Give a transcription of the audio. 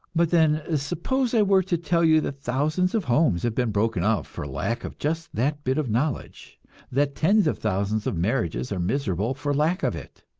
but then, suppose i were to tell you that thousands of homes have been broken up for lack of just that bit of knowledge that tens of thousands of marriages are miserable for lack of it.